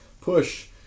push